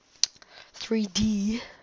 3d